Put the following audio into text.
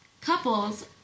Couples